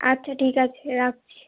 আচ্ছা ঠিক আছে রাখছি